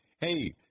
Hey